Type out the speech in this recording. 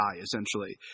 essentially